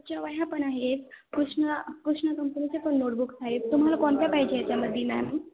अच्छा वह्या पण आहेत कृष्ण कृष्ण कंपनीचे पण नोटबुक्स आहेत तुम्हाला कोणत्या पाहिजे याच्यामध्ये मॅम